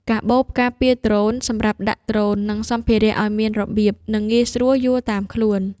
កាបូបការពារដ្រូន សម្រាប់ដាក់ដ្រូន និងសម្ភារៈឱ្យមានរបៀប និងងាយស្រួលយួរតាមខ្លួន។